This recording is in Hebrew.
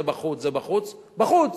זה בחוץ, זה בחוץ, בחוץ.